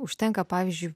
užtenka pavyzdžiui